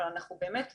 אבל אנחנו באמת אומרים: